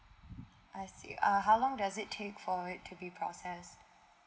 I see uh how long does it take for it to be process